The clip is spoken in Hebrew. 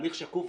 תהליך שקוף,